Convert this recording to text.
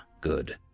good